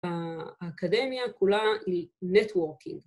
‫באקדמיה כולה היא נטווארקינג.